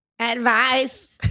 Advice